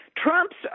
Trump's